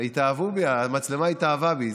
הם התאהבו בי, המצלמה התאהבה בי.